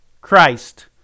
Christ